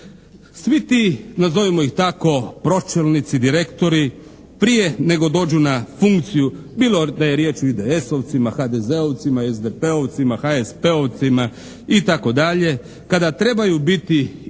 Svi ti nazovimo ih tako pročelnici, direktori prije nego dođu na funkciju bilo da je riječ o IDS-ovcima, HDZ-ovcima, SDP-ovcima, HSP-ovcima itd. kada trebaju biti imenovani